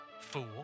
fool